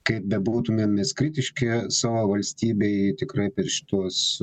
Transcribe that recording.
kaip bebūtumėm mes kritiški savo valstybei tikrai per šituos